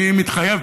אני מתחייב,